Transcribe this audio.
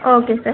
okay sir